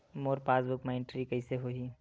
मोर passbook मा entry कइसे होही?